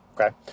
Okay